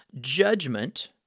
judgment